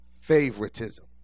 favoritism